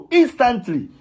instantly